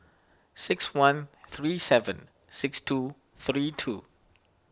six one three seven six two three two